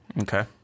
Okay